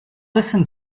listen